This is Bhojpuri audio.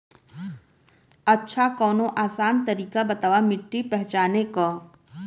अच्छा कवनो आसान तरीका बतावा मिट्टी पहचाने की?